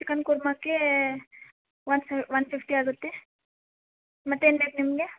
chicken ಕೂರ್ಮಕ್ಕೆ one ಸೆ one fifty ಆಗುತ್ತೆ ಮತ್ತೇನು ಬೇಕು ನಿಮಗೆ